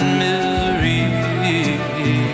misery